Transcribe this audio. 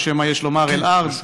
או שמא יש לומר אל-ארד,